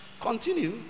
Continue